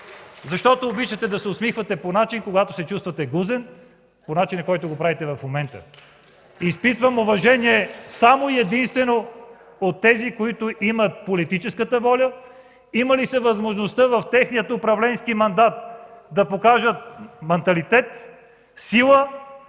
Защото обичате да се усмихвате по този начин, когато се чувствате гузен – начинът, по който го правите в момента. (Оживление.) Изпитвам уважение само и единствено към тези, които имат политическата воля, имали са възможността в техния управленски мандат да покажат манталитет, сила